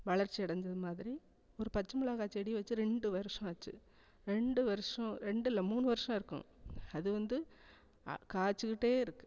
வளர்ச்சி அடைஞ்சது மாதிரி ஒரு பச்சை மிளகாய் செடி வச்சு ரெண்டு வருஷம் ஆச்சு ரெண்டு வருஷம் ரெண்டு இல்லை மூணு வருஷம் இருக்கும் அது வந்து கா காய்ச்சிக்கிட்டே இருக்கு